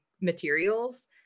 materials